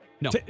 No